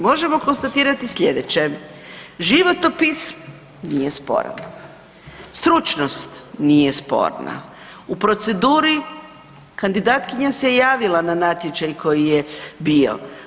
Možemo konstatirati slijedeće, životopis nije sporan, stručnost nije sporna, u proceduri kandidatkinja se javila na natječaj koji je bio.